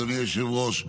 אדוני היושב-ראש,